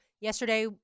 yesterday